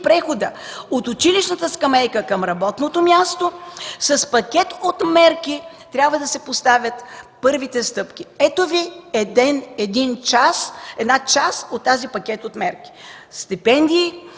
от училищната скамейка към работното място с пакет от мерки, трябва да се поставят първите стъпки. Ето Ви една част от този пакет мерки